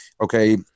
okay